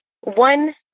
one